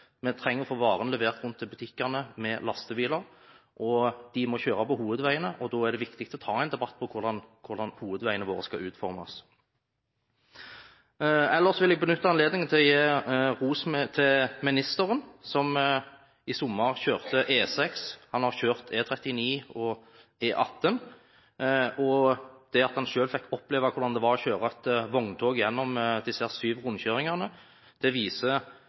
Vi trenger å få varene levert rundt til butikkene med lastebiler, og de må kjøre på hovedveiene. Da er det viktig å ta en debatt om hvordan hovedveiene våre skal utformes. Ellers vil jeg benytte anledningen til å gi ros til ministeren, som i sommer kjørte E6, og han har kjørt E39 og E18. Det at han selv fikk oppleve hvordan det var å kjøre et vogntog gjennom disse syv rundkjøringene, viser behovet for at flere politikere burde vært på befaring. Egentlig er det